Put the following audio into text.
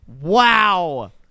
Wow